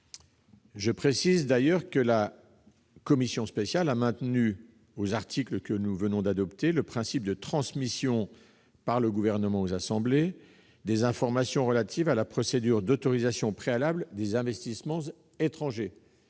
Je précise d'ailleurs que la commission spéciale a maintenu aux articles que nous venons d'adopter le principe de transmission par le Gouvernement aux assemblées des informations relatives à la procédure d'autorisation préalable des investissements étrangers.